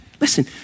listen